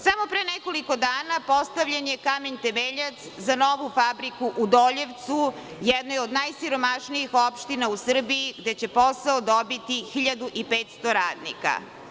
Samo pre nekoliko dana postavljen je kamen temeljac za novu fabriku u Doljevcu, jedne od najsiromašnijih opština u Srbiji, gde će posao dobiti 1.500 radnika.